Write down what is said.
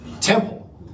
temple